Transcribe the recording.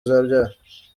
uzabyara